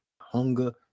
Hunger